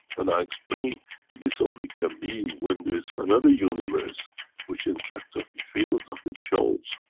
and i explained this only can be when there is another universe which interact of the fields of it shows.